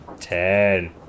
Ten